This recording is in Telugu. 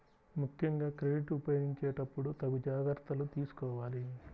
ముక్కెంగా క్రెడిట్ ఉపయోగించేటప్పుడు తగు జాగర్తలు తీసుకోవాలి